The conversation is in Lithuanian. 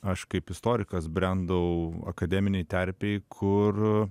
aš kaip istorikas brendau akademinėj terpėj kur